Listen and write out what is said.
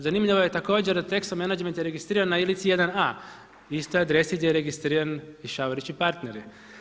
Zanimljivo je također da je Texo Management registriran na Ilici 1A istoj adresi gdje je registriran i Šavorić i partneri.